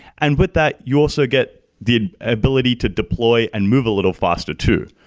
and but that, you also get the ability to deploy and move a little faster too.